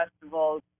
festivals